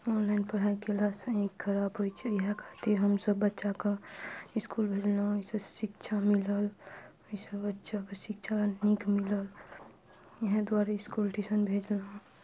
online पढ़ाइ class अहाँके खराब होइ छै इहए खातिर हमसब बच्चाके इसकुल भेजलहुॅं ओहिसँ शिक्षा मिलल ओहिसँ बच्चाके शिक्षा नीक मिलल इहए दुआरे इसकुल ट्यूशन भेजलहुॅं